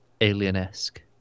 alien-esque